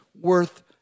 worth